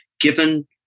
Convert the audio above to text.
given